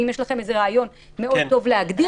ואם יש לכם רעיון מאוד טוב להגדיר,